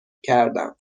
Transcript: کردم